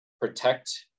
protect